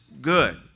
good